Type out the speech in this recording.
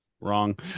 Wrong